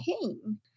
pain